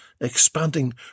expanding